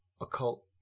occult